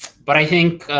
but i think